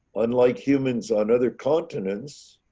unlike humans on other continents